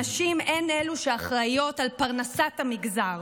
הנשים הן אלו שאחראיות על פרנסת המגזר.